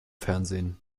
fernsehen